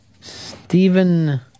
Stephen